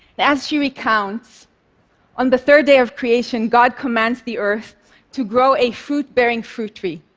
as she recounts on the third day of creation, god commands the earth to grow a fruit-bearing fruit tree.